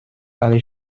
alle